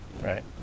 Right